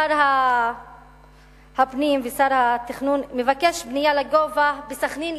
שר הפנים ושר התכנון מבקש בנייה לגובה בסח'נין,